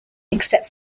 except